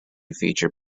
feature